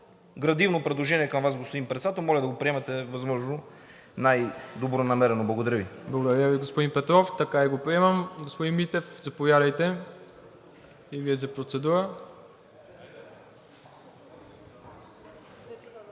градивно предложение към Вас, господин Председател. Моля да го приемете възможно най-добронамерено. Благодаря Ви. ПРЕДСЕДАТЕЛ МИРОСЛАВ ИВАНОВ: Благодаря Ви, господин Петров. Така и го приемам. Господин Митев, заповядайте и Вие за процедура.